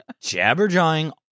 jabber-jawing